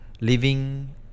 living